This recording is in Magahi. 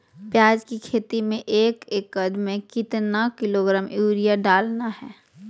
प्याज की खेती में एक एकद में कितना किलोग्राम यूरिया डालना है?